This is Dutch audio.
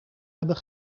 hebben